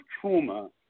trauma